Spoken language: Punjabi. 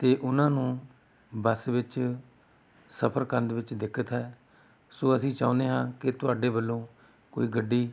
ਅਤੇ ਉਹਨਾਂ ਨੂੰ ਬੱਸ ਵਿੱਚ ਸਫਰ ਕਰਨ ਦੇ ਵਿੱਚ ਦਿੱਕਤ ਹੈ ਸੋ ਅਸੀਂ ਚਾਹੁੰਦੇ ਹਾਂ ਕਿ ਤੁਹਾਡੇ ਵੱਲੋਂ ਕੋਈ ਗੱਡੀ